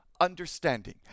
understanding